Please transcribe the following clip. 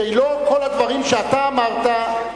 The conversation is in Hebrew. שלא כל הדברים שאתה אמרת,